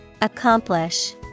Accomplish